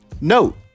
note